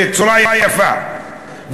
בצורה יפה,